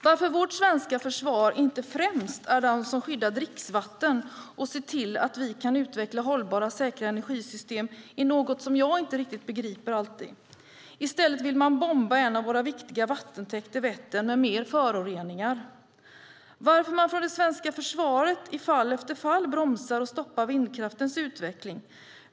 Varför vårt svenska försvar inte främst är de som skyddar dricksvatten och ser till att vi kan utveckla hållbara och säkra energisystem är något som jag inte riktigt begriper. I stället vill de bomba en av våra viktiga vattentäkter, Vättern, med mer föroreningar. Varför bromsar och stoppar man från det svenska försvaret i fall efter fall vindkraftens utveckling?